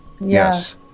Yes